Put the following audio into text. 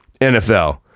NFL